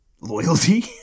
loyalty